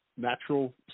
Natural